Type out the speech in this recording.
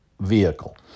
vehicle